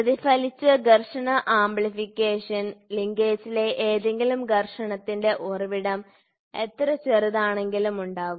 പ്രതിഫലിച്ച ഘർഷണ ആംപ്ലിഫിക്കേഷൻ ലിങ്കേജിലെ ഏതെങ്കിലും ഘർഷണത്തിന്റെ ഉറവിടം എത്ര ചെറുതാണെങ്കിലും ഉണ്ടാകും